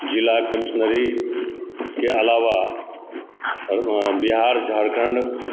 जिला कमिश्नरीके अलावा बिहार झारखण्ड